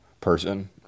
person